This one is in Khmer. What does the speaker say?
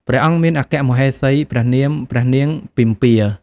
ព្រះអង្គមានព្រះអគ្គមហេសីព្រះនាមព្រះនាងពិម្ពា។